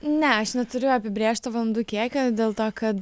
ne aš neturiu apibrėžto valandų kiekio dėl to kad